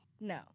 No